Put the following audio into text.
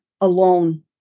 alone